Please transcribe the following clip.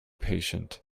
patient